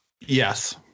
Yes